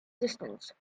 distance